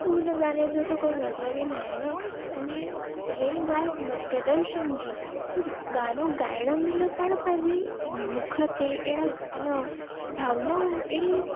त उन गाने जो कोई मतिलब ई न आहे न अने रही ॻाल्हि प्रदर्शन जी त गानो ॻाइण महिल पाण पंहिंजी मुख ते अहिड़ा आहे न भावनाऊं अहिड़ी